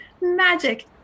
magic